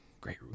Great